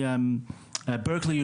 מאוניברסיטת ברקלי,